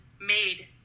made